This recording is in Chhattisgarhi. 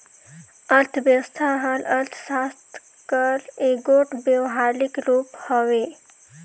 अर्थबेवस्था हर अर्थसास्त्र कर एगोट बेवहारिक रूप हवे